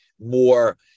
more